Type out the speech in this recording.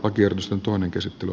akers on toinen käsittely